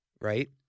right